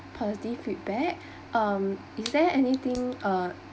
positive feedback um is there anything uh